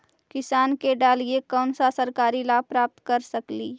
किसान के डालीय कोन सा सरकरी लाभ प्राप्त कर सकली?